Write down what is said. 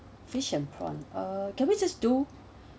fish and prawn uh can we just do